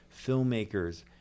filmmakers